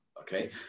Okay